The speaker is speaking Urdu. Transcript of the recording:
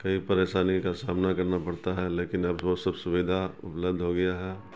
کئی پریشانی کا سامنا کرنا پڑتا ہے لیکن اب وہ سب سویدھا اپلبدھ ہو گیا ہے